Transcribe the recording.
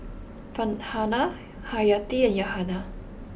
Farhanah Haryati and Yahaya